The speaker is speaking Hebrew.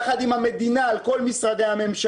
יחד עם המדינה על כל משרדי הממשלה,